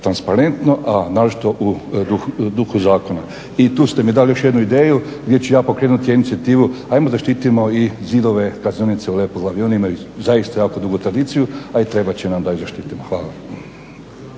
transparentno, a naročito u duhu zakona i tu ste mi dali još jednu ideju gdje ću ja pokrenuti jednu inicijativu hajmo zaštitimo i zidove Kaznionice u Lepoglavi, one imaju zaista jako dugu tradiciju, a i trebat će nam da ih zaštitimo. Hvala.